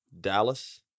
dallas